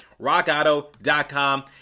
rockauto.com